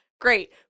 Great